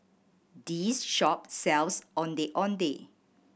this shop sells Ondeh Ondeh